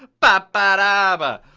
bahdabadahba!